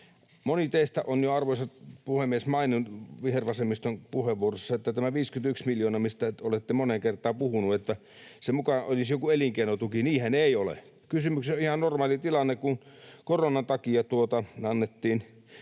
Moni teistä on jo maininnut vihervasemmiston puheenvuoroissa, että tämä 51 miljoonaa, mistä olette moneen kertaan puhuneet, muka olisi joku elinkeinotuki. Niinhän ei ole. Kysymyksessä on ihan normaali tilanne, kun koronan takia korvattiin,